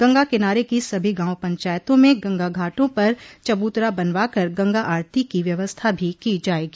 गंगा किनारे की सभी गांव पंचायतों में गंगा घाटों पर चबूतरा बनवाकर गंगा आरती की व्यवस्था भी की जायेगी